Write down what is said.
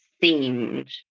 seemed